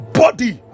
body